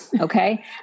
okay